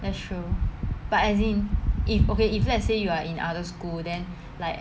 that's true but as in if okay if let's say you are in other school then like